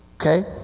Okay